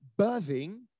birthing